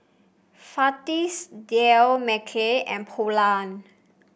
Fajitas Dal Makhani and Pulao